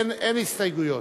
אין הסתייגויות.